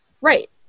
right